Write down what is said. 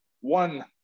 one